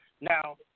Now